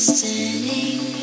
Standing